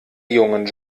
jungen